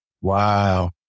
Wow